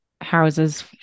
houses